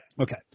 Okay